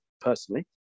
personally